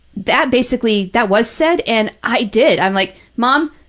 that basically, that was said, and i did. i'm like, mom,